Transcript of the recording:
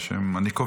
ואטורי: